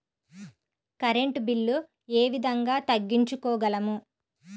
Current bill ఏ విధంగా తగ్గించుకోగలము?